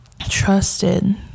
trusted